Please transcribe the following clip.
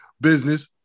business